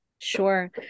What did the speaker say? Sure